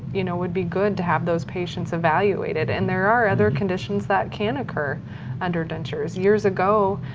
you know would be good to have those patients evaluated and there are other conditions that can occur under dentures. years ago,